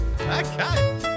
Okay